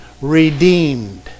redeemed